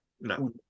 No